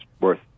worth